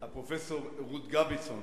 פרופסור רות גביזון